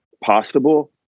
possible